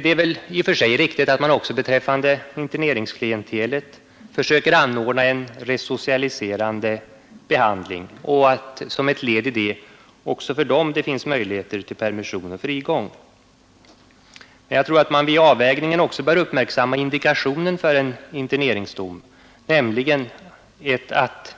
Det är väl i och för sig riktigt att man också beträffande interneringsklientelet försöker anordna en resocialiserande behandling och att som ett led i denna också möjligheter till permission och frigång finns. Men vid avvägningen bör man också uppmärksamma indikationen för en interneringsdom, nämligen att